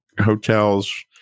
hotels